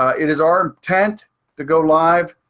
it is our intent to go live.